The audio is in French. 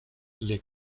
les